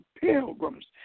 pilgrims